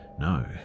no